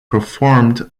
performed